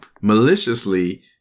maliciously